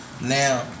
now